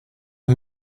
who